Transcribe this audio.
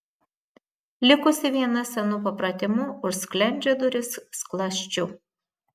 likusi viena senu papratimu užsklendžia duris skląsčiu